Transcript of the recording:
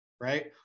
right